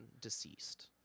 deceased